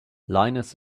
linus